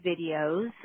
videos